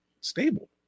stable